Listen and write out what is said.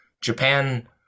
Japan